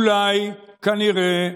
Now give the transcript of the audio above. אולי, כנראה,